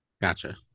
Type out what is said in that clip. Gotcha